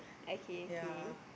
okay okay